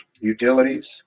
utilities